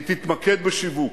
היא תתמקד בשיווק,